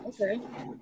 okay